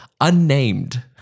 unnamed